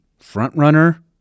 frontrunner